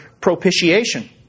propitiation